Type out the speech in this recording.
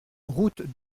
route